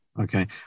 okay